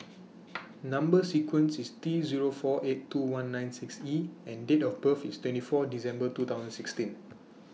Number sequence IS T Zero four eight two one nine six E and Date of birth IS twenty four December two thousand sixteen